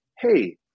hey